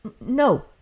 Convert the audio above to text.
no